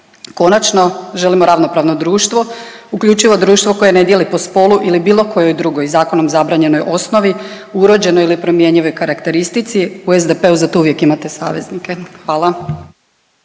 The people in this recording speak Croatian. Konačno želimo ravnopravno društvo, uključivo društvo koje ne dijeli po spolu ili bilo kojoj drugoj zakonom zabranjenoj osnovi, uređenoj ili promjenjivoj karakteristici. U SDP-u za to uvijek imate saveznike. Hvala.